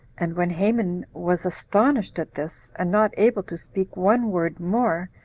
and when haman was astonished at this, and not able to speak one word more,